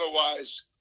otherwise